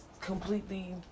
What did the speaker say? completely